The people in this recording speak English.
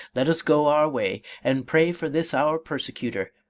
let us go our way, and pray for this our persecutor,